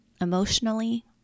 emotionally